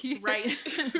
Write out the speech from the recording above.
right